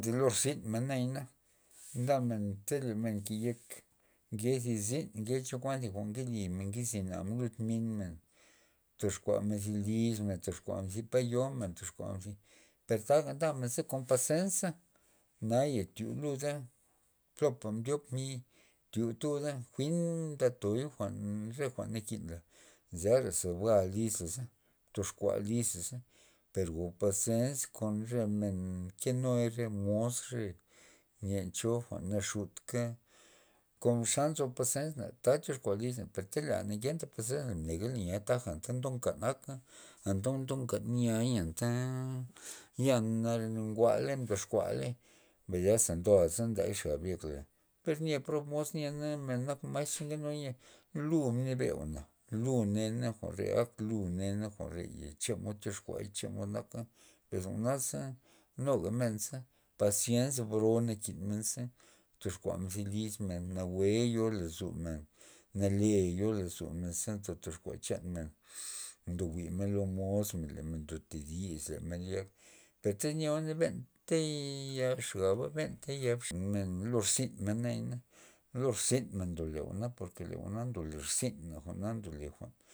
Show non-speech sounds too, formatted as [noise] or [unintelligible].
Thi lo rzynmen nayana, ndamen te le men mkeyek nke zi zyn nke kuan thi jwa'n nkeli nke zinamen lud mi'n tyoxkuamen zi lismen tyoxkuamen zi pa yomen tyoxkuamen zi per taga ndamen ze kon pazensa ze naya thiu luda plopa mdyop mi' thiu tuda jwi'n ndato jwa'n re jwa'n nakinla, zera za bua lislaza toxkua lislaza per go pazens re men nkenuy re men mos re len cho naxutka konxa nzo pazensna ta tyoxkua lismen per tyz le na ngenta pazensla negala na taja ndokan aka anta don- donn- nkan niay anta ya na nugaley mdoxkua ley, mbas asa ndo nday gab yek la neo prob mos nyena men nak mas nkenuy ye lu be jwa'na lu ne jwa're ak lu ne jwa're chemod tyoxkuay chemod naka per jwa'naza nuga men za pazien bro nakin men ze tyoxkuamen zi lis men nawue yo lozomen nale yo lozon za tyoxkua chanmen ndo jwi'n lo mosmen le men ndoto dis yak per iz nyeo na benta yaxaba benta [unintelligible] lo rzynmen nayana lo rzynmen ndole jwa'na porke jwa'na ndole irzin men.